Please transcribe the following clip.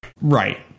right